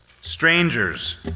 strangers